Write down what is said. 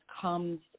comes